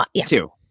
two